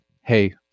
Hey